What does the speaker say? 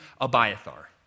Abiathar